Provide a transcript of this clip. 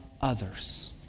others